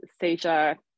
seizure